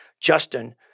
Justin